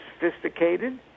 sophisticated